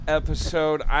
episode